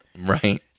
Right